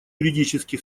юридически